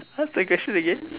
what's the question again